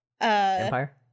Empire